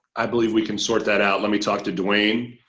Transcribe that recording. i believe we can sort that out let me talk to duane.